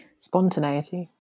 spontaneity